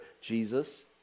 Jesus